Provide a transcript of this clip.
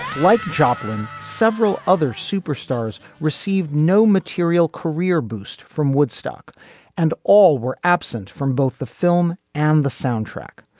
like joplin several other superstars received no material career boost from woodstock and all were absent from both the film and the soundtrack.